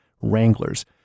Wranglers